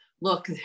look